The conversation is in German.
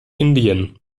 indien